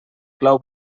clau